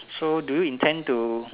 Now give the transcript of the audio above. so do you intend to